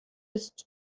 ist